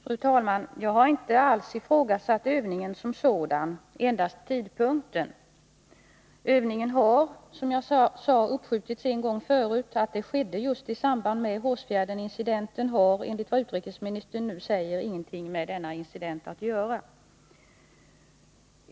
Fru talman! Jag har inte alls ifrågasatt övningen som sådan, endast tidpunkten. Övningen har, som jag sade, uppskjutits en gång förut. Att det skedde just i samband med Hårsfjärdsincidenten hade, enligt vad utrikes ministern nu säger, ingenting med denna incident att göra.